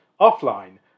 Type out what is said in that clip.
offline